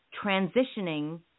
transitioning